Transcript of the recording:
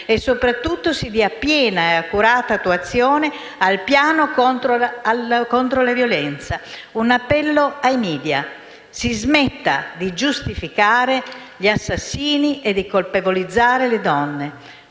e soprattutto si dia piena e accurata attuazione al piano contro la violenza. Un appello ai *media*: si smetta di giustificare gli assassini e di colpevolizzare le donne.